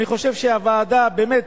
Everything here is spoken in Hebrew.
אני חושב שהוועדה באמת